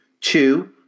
Two